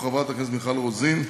במקום חברת הכנסת מיכל רוזין,